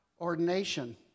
ordination